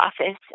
office